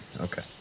okay